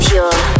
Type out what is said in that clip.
Pure